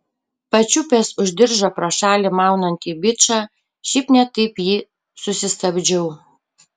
pačiupęs už diržo pro šalį maunantį bičą šiaip ne taip jį susistabdžiau